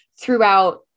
throughout